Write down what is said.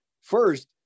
First